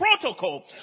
protocol